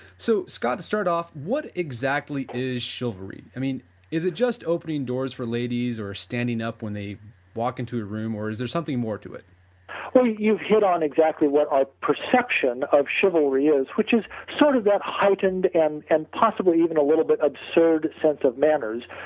so scott to start off what exactly is chivalry? i mean is it just opening doors for ladies or standing up when they walk into the ah room or is there something more to it? well you hit on exactly what our perception of chivalry is which is sort of that heightened and and possibly even a little bit absurd sense of manners,